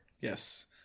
yes